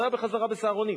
הוא היה בחזרה ב"סהרונים".